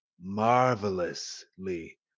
marvelously